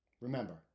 Remember